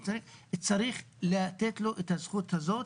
צריך לתת לו את הזכות הזאת,